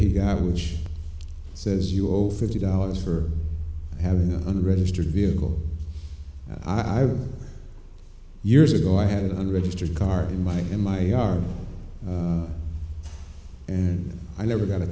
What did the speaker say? he got which says you owe fifty dollars for having an unregistered vehicle i have years ago i had an unregistered car in my in my car and i never got a